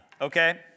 Okay